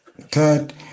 third